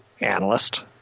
analyst